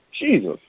Jesus